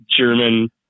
German